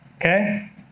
okay